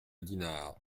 dinard